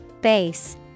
base